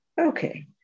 Okay